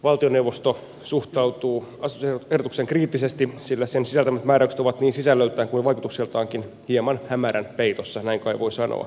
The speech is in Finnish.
valtioneuvosto suhtautuu asetusehdotukseen kriittisesti sillä sen sisältämät määräykset ovat niin sisällöltään kuin vaikutukseltaankin hieman hämärän peitossa näin kai voi sanoa